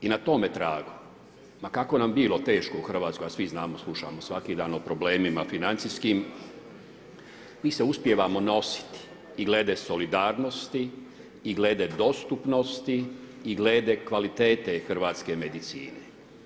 I na tome tragu, ma kako nam bilo teško u Hrvatskoj a svi znamo, slušamo svaki dan o problemima o financijskim, mi se uspijevamo nositi i glede solidarnosti i glede dostupnosti i glede kvalitete hrvatske medicine.